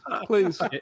please